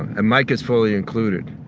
and micah's fully included